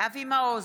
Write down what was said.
אבי מעוז,